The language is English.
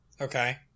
Okay